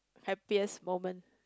happiest moment